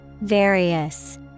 Various